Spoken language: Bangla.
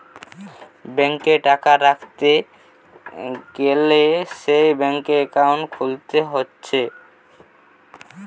ব্যাংকে টাকা রাখতে গ্যালে সে ব্যাংকে একাউন্ট খুলতে হতিছে